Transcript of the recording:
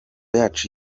yacu